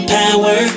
power